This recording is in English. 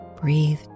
breathe